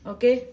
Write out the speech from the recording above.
Okay